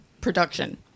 production